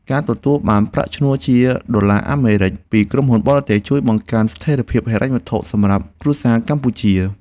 ការទទួលបានប្រាក់ឈ្នួលជាដុល្លារអាមេរិកពីក្រុមហ៊ុនបរទេសជួយបង្កើនស្ថិរភាពហិរញ្ញវត្ថុសម្រាប់គ្រួសារកម្ពុជា។